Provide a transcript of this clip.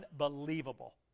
unbelievable